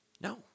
no